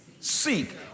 seek